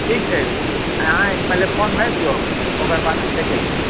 ठीक छै ओ अहाँ पहिले फॉर्म भरि दियौ ओकरबाद हम देखै छी